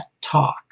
talk